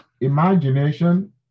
imagination